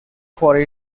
for